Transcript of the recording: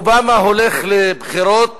אובמה הולך לבחירות